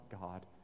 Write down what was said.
God